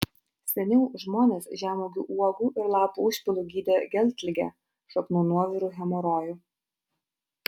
seniau žmonės žemuogių uogų ir lapų užpilu gydė geltligę šaknų nuoviru hemorojų